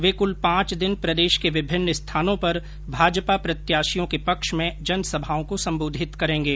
वे कुल पांच दिन प्रदेश के विभिन्न स्थानों पर भाजपा प्रत्याशियों के पक्ष में जनसभाओं को सम्बोधित करेंगे